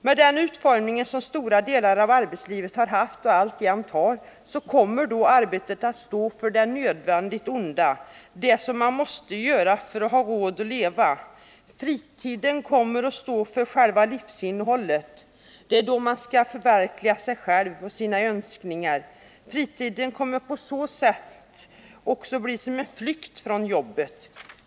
Med den utformning som stora delar av arbetslivet har haft och alltjämt har kommer då arbetet att stå för det nödvändiga onda, det som man måste göra för att ha råd att leva. Fritiden kommer att stå för själva livsinnehållet: det är då man skall förverkliga sig själv och sina önskningar. Fritiden kommer på så sätt också att bli en flykt från jobbet.